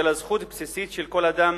אלא זכות בסיסית של כל אדם,